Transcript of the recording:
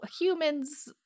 Humans